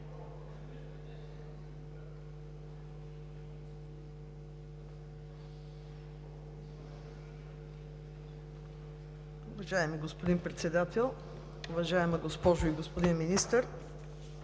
Уважаеми господин Председател, уважаеми госпожо и господин Министър,